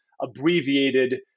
abbreviated